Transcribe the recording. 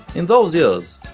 in those years,